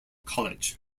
college